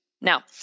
Now